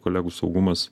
kolegų saugumas